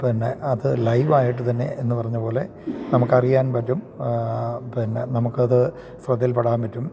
പിന്നെ അത് ലൈവായിട്ടുതന്നെ എന്നു പറഞ്ഞപോലെ നമുക്കറിയാൻ പറ്റും പിന്നെ നമുക്കത് ശ്രദ്ധയിൽപ്പെടാൻ പറ്റും